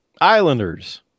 Islanders